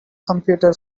computer